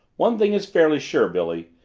one thing is fairly sure, billy.